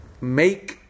make